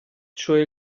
cioè